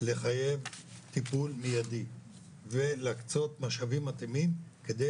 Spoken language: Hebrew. לחייב טיפול מיידי ולהקצות משאבים מתאימים כדי